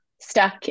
stuck